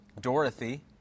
Dorothy